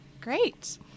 Great